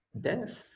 death